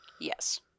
Yes